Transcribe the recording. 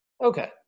Okay